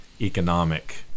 economic